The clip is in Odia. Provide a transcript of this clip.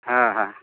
ହଁ ହଁ